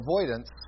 avoidance